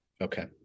okay